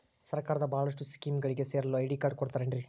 ಸರ್ಕಾರದ ಬಹಳಷ್ಟು ಸ್ಕೇಮುಗಳಿಗೆ ಸೇರಲು ಐ.ಡಿ ಕಾರ್ಡ್ ಕೊಡುತ್ತಾರೇನ್ರಿ?